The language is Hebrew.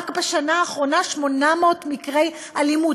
רק בשנה האחרונה, 800 מקרי אלימות.